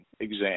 exam